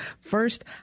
first